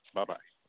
Bye-bye